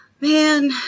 man